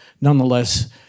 nonetheless